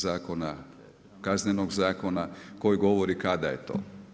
Zakona, kaznenog zakona koji govori kada je to.